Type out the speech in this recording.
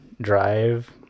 drive